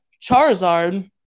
Charizard